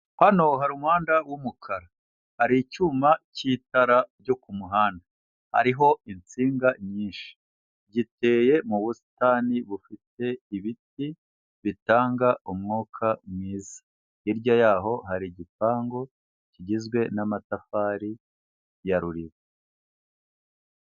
Hano hari umuhanda w'umukara, hari icyuma cy'itara ryo ku muhanda hariho insinga nyinshi, giteye mu busitani bufite ibiti bitanga umwuka mwiza, hirya yaho hari igipangu kigizwe n'amatafari ya Ruriba.